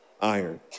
iron